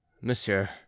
Monsieur